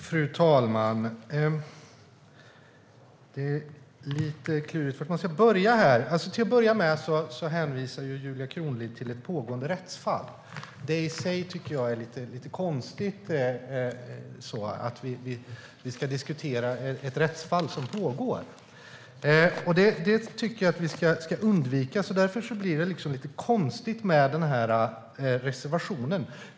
Fru talman! Det är lite klurigt. Till att börja med hänvisar Julia Kronlid till ett pågående rättsfall. Det i sig tycker jag är lite konstigt: att vi ska diskutera ett rättsfall som pågår. Det tycker jag att vi ska undvika. Därför blir det lite konstigt med den här reservationen.